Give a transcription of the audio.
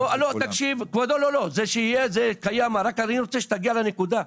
לא כבודו, אני רוצה להגיע לנקודה.